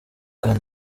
kuri